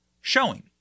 showing